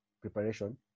preparation